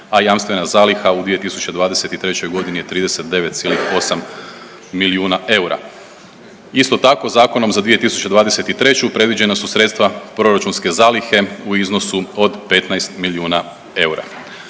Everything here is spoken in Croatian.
a jamstvena zaliha u 2023. godini je 39,8 milijuna eura. Isto tako, zakonom za 2023. predviđena su sredstva proračunske zalihe u iznosu od 15 milijuna eura.